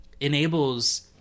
enables